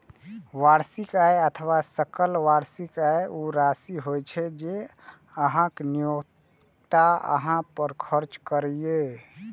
वार्षिक आय अथवा सकल वार्षिक आय ऊ राशि होइ छै, जे अहांक नियोक्ता अहां पर खर्च करैए